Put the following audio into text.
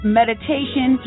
meditation